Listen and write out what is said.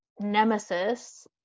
nemesis